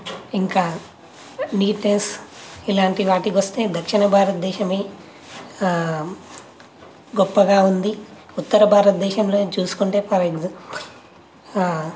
ఇంకా నీట్నెస్ ఇలాంటి వాటికి వస్తే దక్షిణ భారతదేశం గొప్పగా ఉంది ఉత్తర భారతదేశంలో చూసుకుంటే ఫర్ ఎక్స్